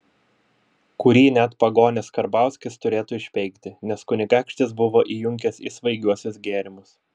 kurį net pagonis karbauskis turėtų išpeikti nes kunigaikštis buvo įjunkęs į svaigiuosius gėrimus